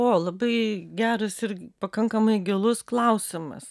o labai geras ir pakankamai gilus klausimas